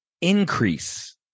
increase